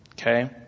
Okay